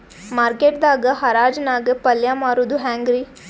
Market ದಾಗ್ ಹರಾಜ್ ನಾಗ್ ಪಲ್ಯ ಮಾರುದು ಹ್ಯಾಂಗ್ ರಿ?